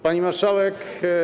Pani Marszałek!